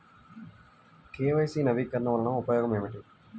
KYC నవీకరణ వలన ఉపయోగం ఏమిటీ?